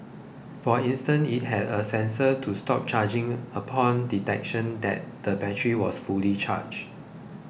for instance it had a sensor to stop charging upon detection that the battery was fully charged